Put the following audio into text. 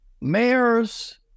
mayors